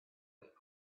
but